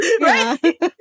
Right